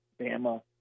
Bama